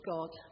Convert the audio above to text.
God